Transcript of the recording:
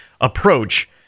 approach